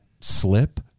slip